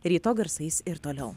ryto garsais ir toliau